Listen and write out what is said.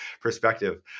perspective